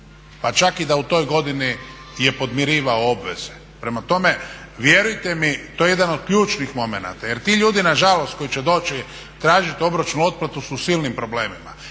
pa čak da je u toj godini podmirivao obveze. Prema tome vjerujte mi to je jedan od ključnih momenata jer ti ljudi nažalost koji će doći tražiti obročnu otplatu su u silnim problemima